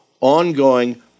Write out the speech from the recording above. ongoing